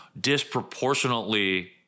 disproportionately –